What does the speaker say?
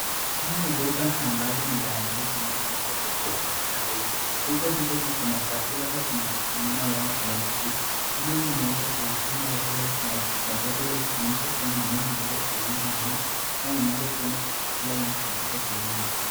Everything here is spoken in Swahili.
Hili ni duka ambalo ni la M-pesa ambalo limeweza kuegeshwa katika sehemu hii, duka hili kuna chakula au kuna vitu vingine ambavyo kuwekwa, duka hili limeweza kuifungwa katika wakati wa kujumuisha kua mwenyewe ameweza kuenda mahali au ameweza kuenda kukula lunch katika sehemu hiyo.